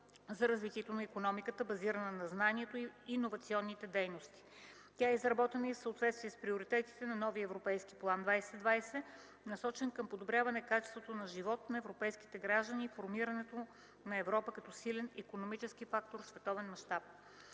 за развитието на икономика, базирана на знанието и иновационните дейности. Тя е изработена и в съответствие с приоритетите на новия Европейски план 2020, насочен към подобряване качеството на живот на европейските граждани и формирането на Европа като силен икономически фактор в световен мащаб.